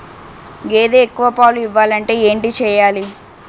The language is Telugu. గేదె ఎక్కువ పాలు ఇవ్వాలంటే ఏంటి చెయాలి?